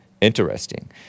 Interesting